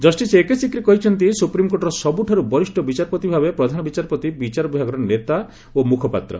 justice A K Sikri କହିଛନ୍ତି ସୁପ୍ରିମ୍କୋର୍ଟର ସବୁଠାରୁ ବରିଷ୍ଣ ବିଚାରପତି ଭାବେ ପ୍ରଧାନ ବିଚାରପତି ବିଚାର ବିଭାଗର ନେତା ଓ ମୁଖପାତ୍ର